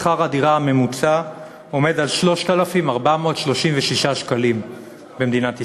שכר הדירה הממוצע עומד על 3,436 שקלים במדינת ישראל,